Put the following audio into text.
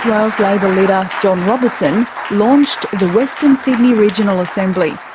wales labor leader john robertson launched the western sydney regional assembly.